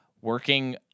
working